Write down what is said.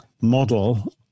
model